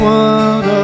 one